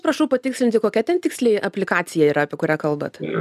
prašau patikslinti kokia ten tiksliai aplikacija yra apie kurią kalbat